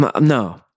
No